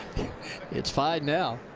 it's fine now.